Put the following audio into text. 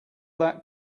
that